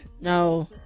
No